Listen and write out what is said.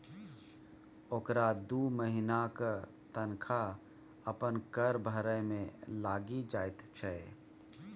ओकरा दू महिनाक तनखा अपन कर भरय मे लागि जाइत छै